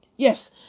Yes